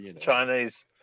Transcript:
chinese